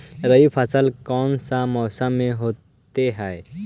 रवि फसल कौन सा मौसम में होते हैं?